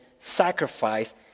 sacrifice